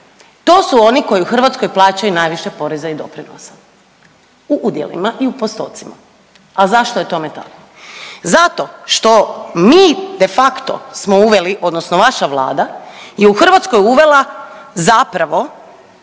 To su oni koji u Hrvatskoj plaćaju najviše poreza i doprinosima u udjelima i u postocima. A zašto je tome tako? Zato što mi de facto smo uveli odnosno vaša Vlada je u Hrvatskoj uvela zapravo